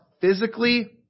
physically